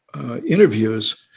interviews